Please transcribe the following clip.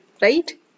right